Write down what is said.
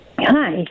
Hi